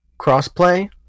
crossplay